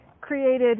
created